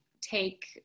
take